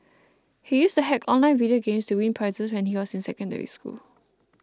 he used to hack online video games to win prizes when he was in Secondary School